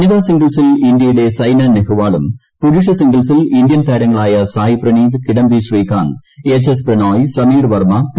വനിതാ സിംഗിൾസിൽ ഇന്ത്യയുടെ സൈനനെഹ്വാളുംപുരുഷ സിംഗിൾസിൽ ഇന്ത്യൻ താരങ്ങളായ സായ് പ്രണീത് കിഡംബി ശ്രീകാന്ത്എച്ച് എസ് പ്രണോയ് സമീർവർമ്മ പി